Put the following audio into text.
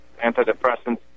antidepressants